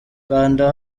kanda